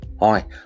hi